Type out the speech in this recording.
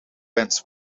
wens